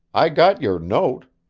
i got your note.